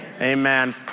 Amen